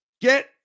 get